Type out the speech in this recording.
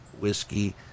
whiskey